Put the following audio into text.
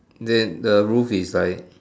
then the roof is like